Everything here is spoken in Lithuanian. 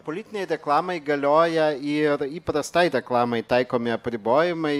politinei reklamai galioja ir įprastai reklamai taikomi apribojimai